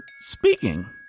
speaking